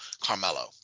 Carmelo